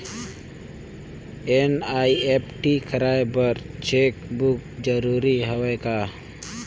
NEFT कराय बर cheque book जरूरी हवय का?